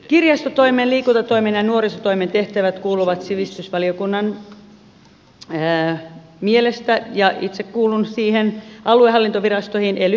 kirjastotoimen liikuntatoimen ja nuorisotoimen tehtävät kuuluvat sivistysvaliokunnan mielestä ja itse kuulun siihen aluehallintovirastoihin ely keskusten sijaan